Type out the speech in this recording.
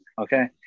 okay